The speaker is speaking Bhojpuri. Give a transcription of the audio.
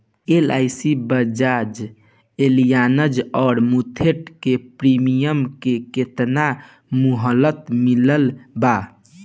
एल.आई.सी बजाज एलियान्ज आउर मुथूट के प्रीमियम के केतना मुहलत मिलल बा?